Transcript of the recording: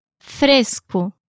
Fresco